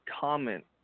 comment